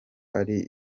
ari